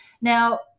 now